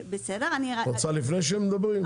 רוצה לפני שהם מדברים?